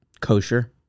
kosher